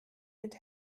mit